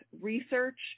research